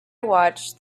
watched